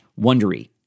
wondery